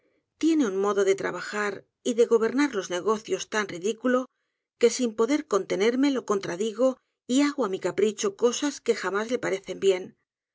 tiene un modo de trabajar y de gobernar los negocios tan ridículo que sin poder contenerme lo contradiga y hago á mi capricho cosas que jamás le parecen bien